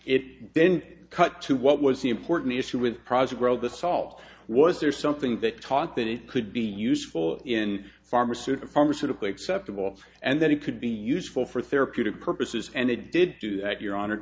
then cut to what was the important issue with project the salt was there something that taught that it could be useful in pharmaceutic pharmaceutical acceptable and that it could be useful for therapeutic purposes and it did do that your hon